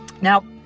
Now